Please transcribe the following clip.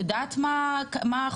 את יודעת מה האחוז?